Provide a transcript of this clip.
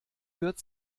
wird